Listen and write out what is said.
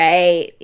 Right